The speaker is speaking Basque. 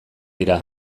dira